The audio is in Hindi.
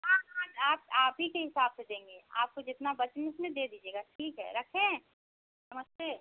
हाँ हाँ तो आप आप ही के हिसाब से देंगे आपको जितना जँचे उसमें दे दीजिएगा ठीक है रखें नमस्ते